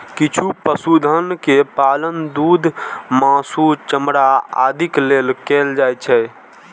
किछु पशुधन के पालन दूध, मासु, चमड़ा आदिक लेल कैल जाइ छै